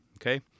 Okay